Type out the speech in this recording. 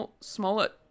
Smollett